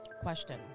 question